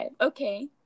okay